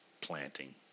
Planting